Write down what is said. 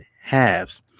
halves